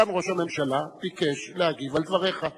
וסגן ראש הממשלה ביקש להגיב על דבריך.